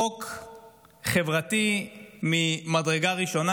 חוק חברתי ממדרגה ראשונה,